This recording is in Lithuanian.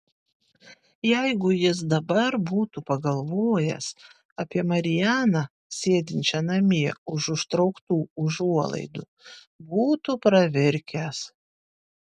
jeigu jis dabar būtų pagalvojęs apie marianą sėdinčią namie už užtrauktų užuolaidų būtų pravirkęs